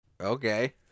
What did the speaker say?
Okay